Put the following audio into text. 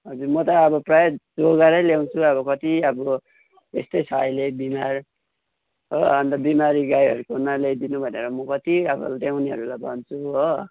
हजुर म त अब प्रायः जोगाएरै ल्याउँछु अब कति अब यस्तै छ अहिले बिमार हो अन्त बिमारी गाईहरूको नल्याइदिनु भनेर म कति अब ल्याउनेहरूलाई भन्छु हो